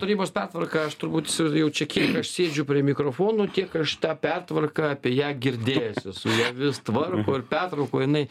tarybos pertvarka aš turbūt jau čia kiek aš sėdžiu prie mikrofonų tiek aš tą pertvarką apie ją girdėjęs esu ją vis tvarko ir pertvarko